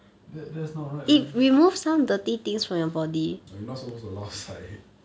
that that's not right man no you not supposed to lao sai